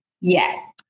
Yes